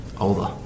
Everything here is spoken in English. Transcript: older